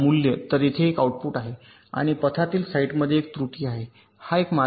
तर येथे एक आउटपुट आहे आणि पथातील साइटमध्ये एक त्रुटी आहे हा एक मार्ग आहे